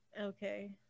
Okay